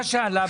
סליחה,